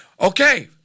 Okay